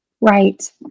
Right